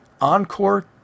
Encore